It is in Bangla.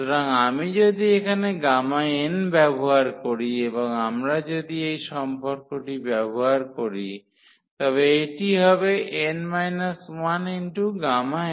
সুতরাং আমি যদি এখানে n ব্যবহার করি এবং আমরা যদি এই সম্পর্কটি ব্যবহার করি তবে এটি হবে Γ